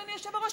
אדוני היושב-ראש,